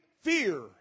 fear